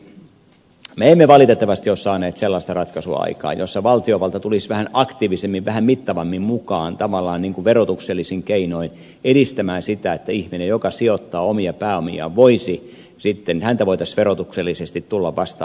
bisnesenkeleitten osalta me emme valitettavasti ole saaneet sellaista ratkaisua aikaan jossa valtiovalta tulisi vähän aktiivisemmin vähän mittavammin mukaan tavallaan verotuksellisin keinoin edistämään sitä että ihmistä joka sijoittaa omia pääomiaan voitaisiin sitten verotuksellisesti tulla vastaan